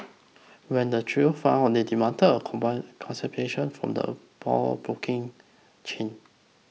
when the trio found out they demanded compensation from the pawnbroking chain